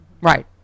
Right